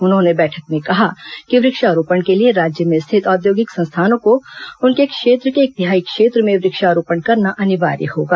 उन्होंने बैठक में कहा कि वक्षारोपण के लिए राज्य में स्थित औद्योगिक संस्थानों को उनके क्षेत्र के एक तिहाई क्षेत्र में वृक्षारोपण करना अनिवार्य होगा